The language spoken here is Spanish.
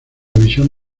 visión